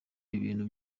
ibintu